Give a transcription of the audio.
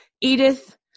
Edith